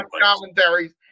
commentaries